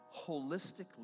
holistically